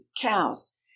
cows